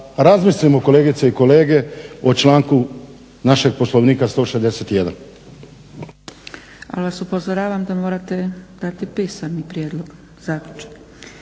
razmislimo kolegice i kolege o članku našeg poslovnika 161.